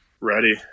ready